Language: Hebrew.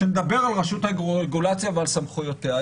כשנדבר על רשות הרגולציה ועל סמכויותיה,